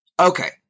okay